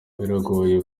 biragoye